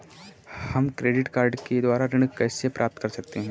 हम credit card के द्वारा ऋण कैसे प्राप्त कर सकते हैं?